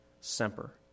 Semper